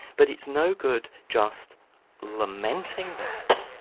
but it's no good just lamenting that,